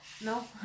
no